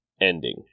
ending